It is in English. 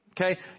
Okay